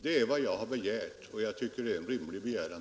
Det är därför jag har begärt en utredning, och det tycker jag är en rimlig begäran.